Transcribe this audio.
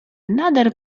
nader